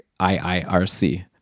IIRC